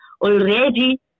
Already